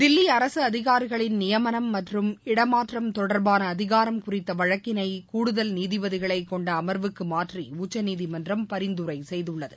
தில்லி அரசு அதிகாரிகளின் நியமனம் மற்றம் இடமாற்றம் தொடர்பான அதிகாரம் குறித்த வழக்கினை கூடுதல் நீதிபதிகளைக் கொண்ட அமா்வுக்கு மாற்ற் உச்சநீதிமன்றம் பரிந்துரை செய்துள்ளது